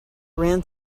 ran